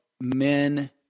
men